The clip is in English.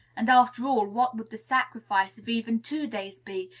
and, after all, what would the sacrifice of even two days be,